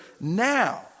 now